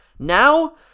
Now